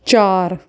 ਚਾਰ